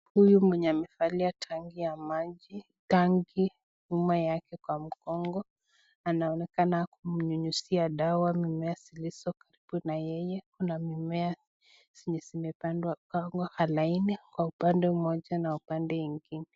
Huyu mwenye amevalia tangi ya maji, tangi nyuma yake kwa mgongo anaonekana kunyunyuzia dawa mimea zilizo karibu na yeye. Kuna mimea zenye zimepandwa kando kwa laini kwa upande moja na upande ingine.